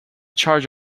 charge